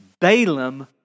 Balaam